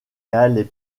allait